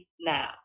now